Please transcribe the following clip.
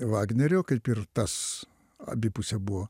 vagnerio kaip ir tas abipusė abu